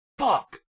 fuck